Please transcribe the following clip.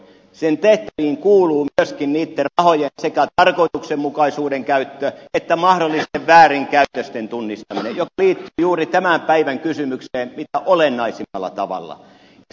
sen tehtäviin kuuluu myöskin sekä niitten rahojen tarkoituksenmukainen käyttö että mahdollisten väärinkäytösten tunnistaminen mikä liittyy juuri tämän päivän kysymykseen mitä olennaisimmalla tavalla